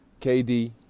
KD